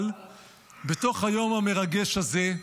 אבל בתוך היום המרגש הזה,